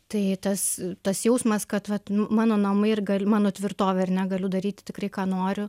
tai tas tas jausmas kad vat nu mano namai ir gal mano tvirtovė ar ne galiu daryti tikrai ką noriu